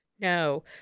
No